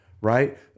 right